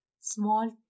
small